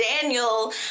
Daniel